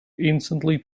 instantly